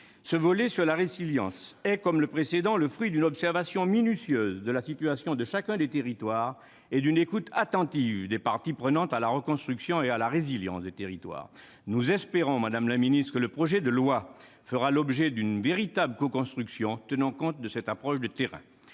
Ce volet est, comme le précédent, le fruit d'une observation minutieuse de la situation de chacun des territoires et d'une écoute attentive des parties prenantes à la reconstruction et à la résilience de ces territoires. Nous espérons que le projet de loi fera l'objet d'une véritable coconstruction tenant compte de cette approche de terrain.